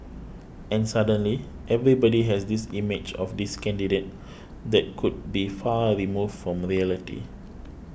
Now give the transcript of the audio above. and suddenly everybody has this image of this candidate that could be far removed from reality